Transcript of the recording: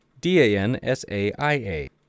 D-A-N-S-A-I-A